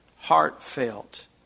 heartfelt